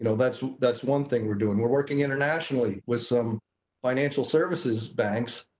know. that's that's one thing we're doing. we're working internationally with some financial services banks,